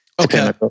Okay